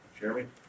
Jeremy